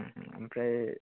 ओमफ्राय